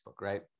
right